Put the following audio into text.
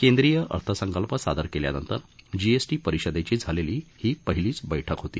केंद्रीय अर्थसंकल्प सादर केल्यानंतर जीएसटी परिषदेची झालेली ही पहिलीच बैठक होती